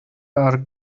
are